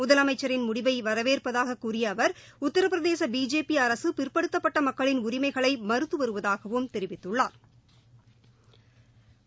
முதலமைச்சின் முடிவைவரவேற்பதாககூறியஅவர் உத்திரபிரதேசபிஜேபிஅரசுபிற்படுத்தப்பட்டமக்களின் உரிமைகளைமறத்துவருவதாகவும் தெரிவித்துள்ளாா்